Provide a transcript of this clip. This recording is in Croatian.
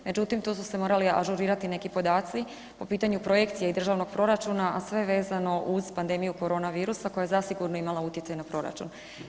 Međutim, tu su se morali ažurirati neki podaci po pitanju projekcije i državnog proračuna, a sve vezano uz pandemiju korona virusa koja je zasigurno imala utjecaj na proračun.